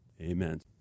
Amen